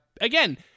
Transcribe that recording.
again